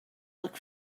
look